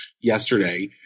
yesterday